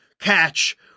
catch